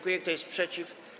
Kto jest przeciw?